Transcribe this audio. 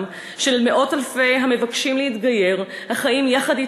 של מאות אלפי המבקשים להתגייר החיים יחד אתנו,